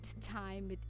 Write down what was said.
time